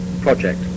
project